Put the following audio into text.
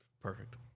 Perfect